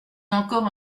encore